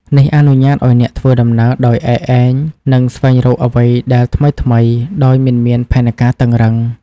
នេះអនុញ្ញាតឱ្យអ្នកធ្វើដំណើរដោយឯកឯង និងស្វែងរកអ្វីដែលថ្មីៗដោយមិនមានផែនការតឹងរ៉ឹង។